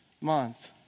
month